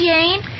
Jane